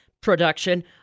production